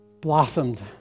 blossomed